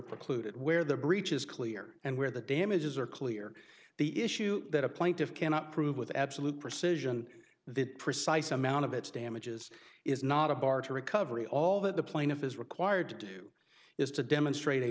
precluded where the breach is clear and where the damages are clear the issue that a plaintiff cannot prove with absolute precision the precise amount of its damages is not a bar to recovery all that the plaintiff is required to do is to demonstrate